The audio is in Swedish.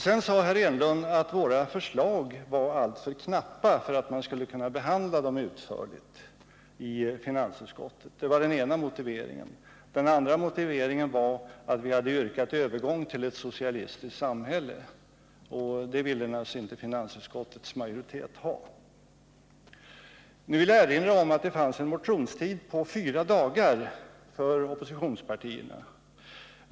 Sedan sade Eric Enlund att våra förslag var alltför knapphändiga för att man skulle kunna behandla dem utförligt i finansutskottet. Det var den ena motiveringen. Den andra motiveringen var att vi hade yrkat på övergång till ett socialistiskt samhälle, och det ville naturligtvis finansutskottets majoritet inte ha. Nu vill jag erinra om att det fanns en motionstid på fyra dagar för oppositionspartierna.